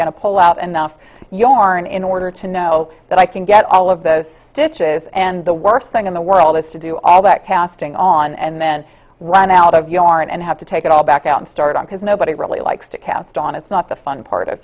going to pull out and then if you aren't in order to know that i can get all of those stitches and the worst thing in the world is to do all that casting on and then run out of yarn and have to take it all back out and start on because nobody really likes to cast on it's not the fun part of